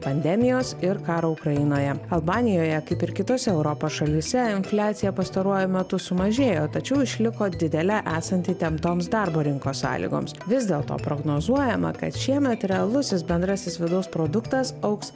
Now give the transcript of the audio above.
pandemijos ir karo ukrainoje albanijoje kaip ir kitose europos šalyse infliacija pastaruoju metu sumažėjo tačiau išliko didelė esant įtemptoms darbo rinkos sąlygoms vis dėlto prognozuojama kad šiemet realusis bendrasis vidaus produktas augs